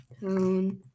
tone